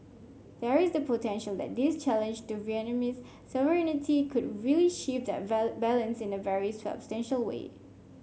there is the potential that this challenge to Vietnamese sovereignty could really shift that balance in a very way